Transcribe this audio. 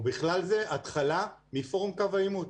ובכלל זה התחלה מפורום קו העימות.